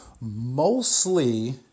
mostly